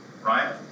right